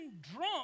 drunk